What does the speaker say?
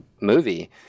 movie